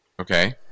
Okay